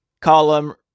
column